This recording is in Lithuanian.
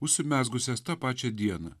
užsimezgusias tą pačią dieną